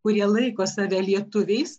kurie laiko save lietuviais